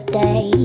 day